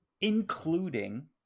including